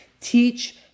teach